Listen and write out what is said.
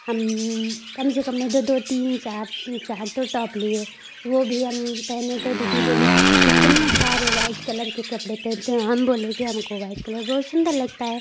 हम कमसे कम नहीं दो दो तीन चार चार तो टौप लिए वो भी हम पहने तो दीदी बोली कि कितने सारे वाईट कलर के कपड़े पहनते हो हम बोले कि हमको वाईट कलर बहुत सुन्दर लगता है